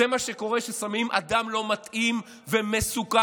זה מה שקורה כששמים אדם לא מתאים ומסוכן.